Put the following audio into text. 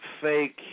fake